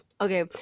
okay